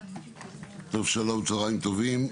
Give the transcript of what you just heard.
שלום, צוהריים טובים.